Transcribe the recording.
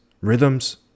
rhythms